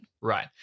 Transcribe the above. Right